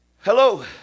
Hello